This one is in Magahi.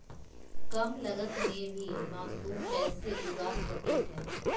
कम लगत मे भी मासूम कैसे उगा स्केट है?